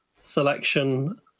selection